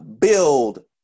build